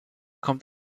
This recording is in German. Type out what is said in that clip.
kommt